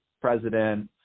president